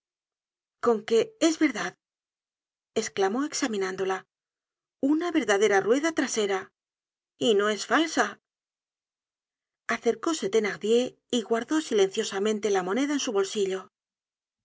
con qué es verdad esclamó examinándola una verdadera rueda trasera y no es falsa acercóse thenardier y guardó silenciosamente la moneda en su bolsillo